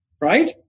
right